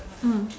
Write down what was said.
mm